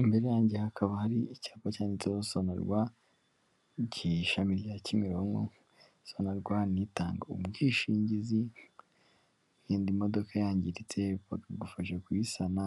Imbere yanjye hakaba hari icyapa cyanditseho Sonarwa ishami rya Kimironko, Sonarwa ni itanga ubwishingizi, wenda imodoka yangiritse bakagufasha kuyisana,